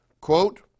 Quote